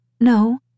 No